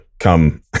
Come